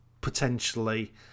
potentially